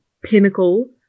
pinnacle